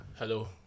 Hello